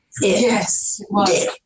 yes